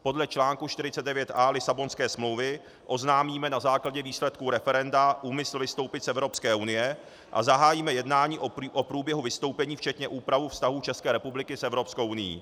Podle článku 49a Lisabonské smlouvy oznámíme na základě výsledků referenda úmysl vystoupit z Evropské unie a zahájíme jednání o průběhu vystoupení včetně úpravy vztahů České republiky s Evropskou unií.